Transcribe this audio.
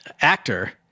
actor